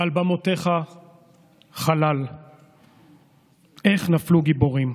על במותיך חלל איך נפלו גיבורים".